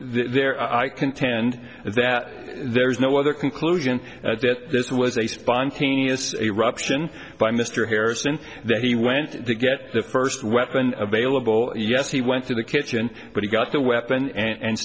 there i contend that there is no other conclusion that this was a spontaneous eruption by mr harrison that he went to get the first weapon available yes he went through the kitchen but he got the weapon and